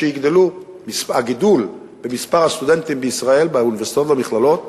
הגידול במספר הסטודנטים בישראל באוניברסיטאות ובמכללות